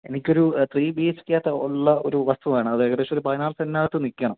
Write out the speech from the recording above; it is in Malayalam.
എനിക്ക് ഒരു ത്രീ ബി എച്ച് കെ ഉള്ള ഒരു വസ്തു വേണം അത് ഏകദേശം ഒരു പതിനാറ് സെൻ്റിന് അകത്ത് നിൽക്കണം